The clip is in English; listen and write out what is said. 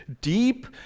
deep